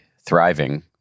thriving